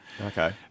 okay